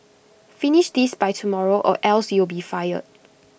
finish this by tomorrow or else you'll be fired